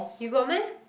you got meh